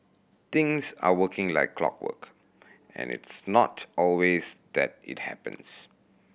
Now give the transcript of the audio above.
things are working like clockwork and it's not always that it happens